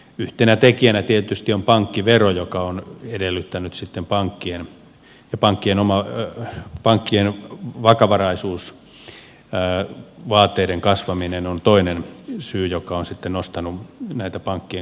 yhtenä tekijänä tietysti on pankkivero joka on edellyttänyt sitten pankkien pankkien ja pankkien vakavaraisuusvaateiden kasvaminen on toinen syy joka on sitten nostanut näitä pankkien kustannuksia